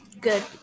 good